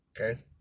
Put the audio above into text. okay